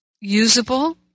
usable